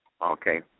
Okay